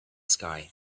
sky